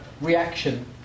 reaction